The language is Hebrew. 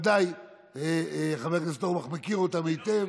שוודאי חבר הכנסת אורבך מכיר אותם היטב,